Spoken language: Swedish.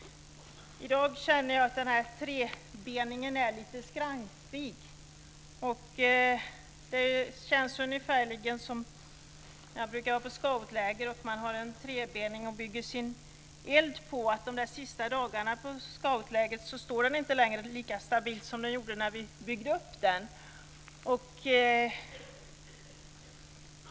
I dag känner jag att den här trebeningen är lite skranglig. Det känns ungefär som när jag som scout var på scoutläger där man hade en trebening att göra upp sin eld på. De sista dagarna på scoutlägret stod den inte lika stabilt som den gjorde när vi byggde upp den.